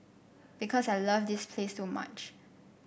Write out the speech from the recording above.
because I love this place so much